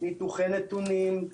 ניתוחי נתונים,